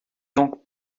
donc